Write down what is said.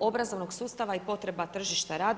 obrazovnog sustava i potreba tržišta rada.